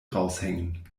raushängen